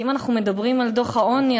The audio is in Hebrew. כי אם אנחנו מדברים על דוח העוני,